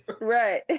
Right